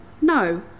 No